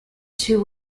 two